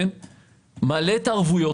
מעלה את הערבויות,